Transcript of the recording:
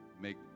make